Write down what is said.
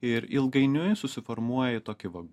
ir ilgainiui susiformuoja į tokį va